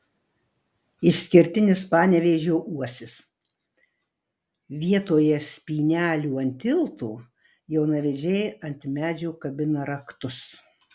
išskirtinis panevėžio uosis vietoje spynelių ant tilto jaunavedžiai ant medžio kabina raktus